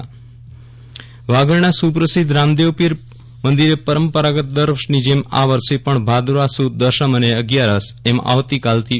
વિરલ રાણા રામદેવપીર મેળો વાગડના સુપ્રસિદ્ધ રામદેવ પીર મંદિરે પરંપરાગત દર વર્ષની જેમ આ વર્ષે પણ ભાદરવા સુદ દસમ અને અગિયારસ એમ આવતી કાલથી તા